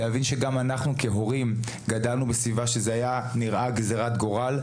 להבין שגם אנחנו כהורים גדלנו בסביבה שזה היה נראה גזירת גורל,